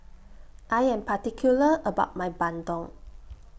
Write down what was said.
I Am particular about My Bandung